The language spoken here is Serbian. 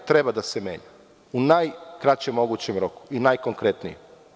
Treba da se menja u najkraćem mogućem roku i najkonkretnije.